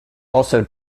also